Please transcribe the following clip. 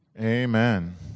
Amen